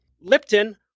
Lipton